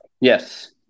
Yes